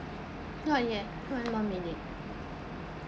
not yet one more minute